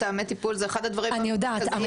נושא של מתאמי טיפול זה אחד הדברים --- אנחנו